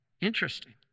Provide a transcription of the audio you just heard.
Interesting